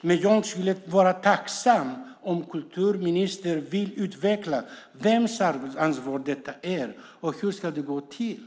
men jag vore tacksam om kulturministern ville utveckla vems ansvar detta är och hur det ska gå till.